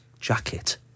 jacket